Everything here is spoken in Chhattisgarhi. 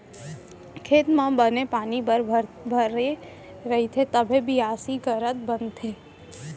खेत म बने पानी भरे रइथे तभे बियासी करत बनथे